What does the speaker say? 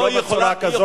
ולא בצורה כזאת.